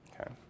Okay